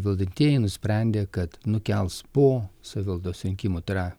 valdantieji nusprendė kad nukels po savivaldos rinkimų tai yra